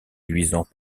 luisant